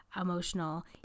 emotional